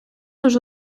уже